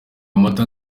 amata